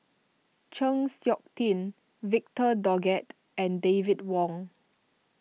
Chng Seok Tin Victor Doggett and David Wong